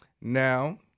Now